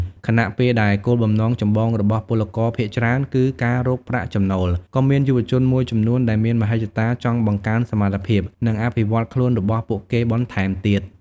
ខណៈពេលដែលគោលបំណងចម្បងរបស់ពលករភាគច្រើនគឺការរកប្រាក់ចំណូល ក៏មានយុវជនមួយចំនួនដែលមានមហិច្ឆតាចង់បង្កើនសមត្ថភាព និងអភិវឌ្ឍខ្លួនរបស់ពួកគេបន្ថែមទៀត។